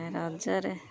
ରଜରେ